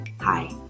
Hi